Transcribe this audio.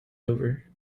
over